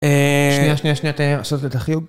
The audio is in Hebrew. אה... שנייה, שנייה, שנייה, תן לי לעשות את החיוג.